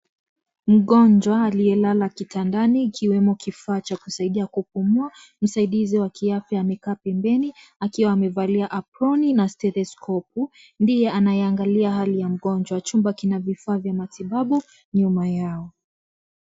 Mgonjwa aliyelala kitandani, ikiwemo kifaa cha kusaidia kupumua. Msaidizi wa kiafya amekaa pembeni, akiwa amevalia aproni na stetheskopu, ndiye anayeangalia hali ya mgonjwa. Chumba kina vifaa vya matibabu, nyuma yao.